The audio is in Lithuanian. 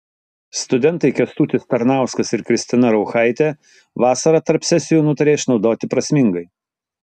studentai kęstutis tarnauskas ir kristina rauchaitė vasarą tarp sesijų nutarė išnaudoti prasmingai